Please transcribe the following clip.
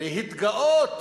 ולהתגאות